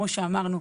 כמו שאמרנו,